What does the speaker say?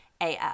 AF